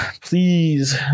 please